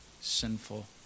sinful